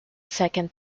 second